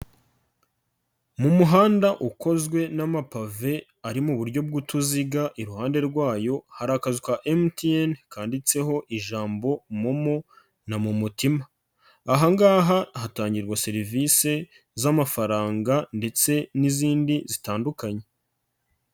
Mu muhanda ukozwe n'amapave ari mu buryo bw'utuziga iruhande rwayo hari akazu MTN kanditseho ijambo momo na momotima, aha ngaha hatangirwa serivisi z'amafaranga ndetse n'izindi zitandukanye.